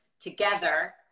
together